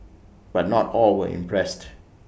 but not all were impressed